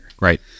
Right